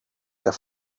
der